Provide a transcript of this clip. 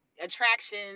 attraction